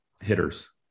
hitters